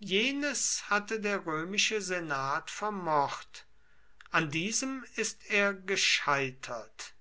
jenes hatte der römische senat vermocht an diesem ist er gescheitert